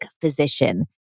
physician